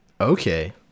okay